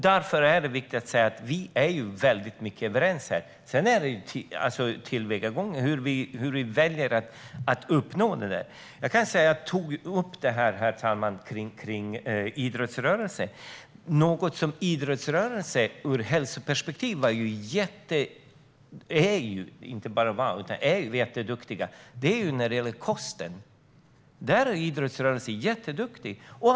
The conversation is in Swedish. Det är viktigt att säga att vi är överens om detta. Sedan handlar det om vilket tillvägagångssätt vi väljer för att uppnå det. Jag tog upp idrottsrörelsen och att de, när det gäller hälsoperspektivet, är jätteduktiga i fråga om kost.